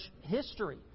history